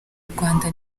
rwanda